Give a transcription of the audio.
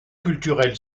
culturel